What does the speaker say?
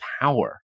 power